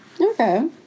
Okay